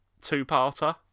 two-parter